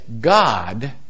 God